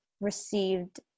received